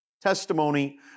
testimony